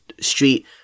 Street